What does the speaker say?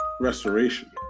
restoration